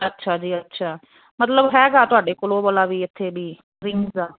ਅੱਛਿਆ ਜੀ ਅੱਛਿਆ ਮਤਲਬ ਹੈਗਾ ਤੁਹਾਡੇ ਕੋਲ ਉਹ ਵਾਲਾ ਵੀ ਇੱਥੇ ਵੀ ਰਿੰਗਸ ਦਾ